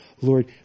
Lord